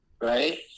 Right